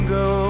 go